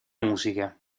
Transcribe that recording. musica